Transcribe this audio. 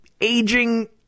aging